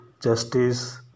justice